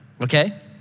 Okay